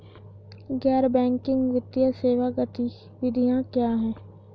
गैर बैंकिंग वित्तीय सेवा गतिविधियाँ क्या हैं?